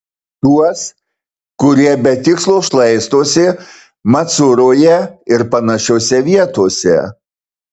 tuos kurie be tikslo šlaistosi macuroje ir panašiose vietose